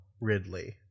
Ridley